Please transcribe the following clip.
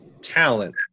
talent